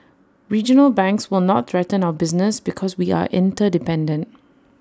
regional banks will not threaten our business because we are interdependent